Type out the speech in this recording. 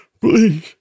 Please